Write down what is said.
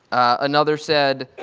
another said,